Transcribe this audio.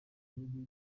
bihugu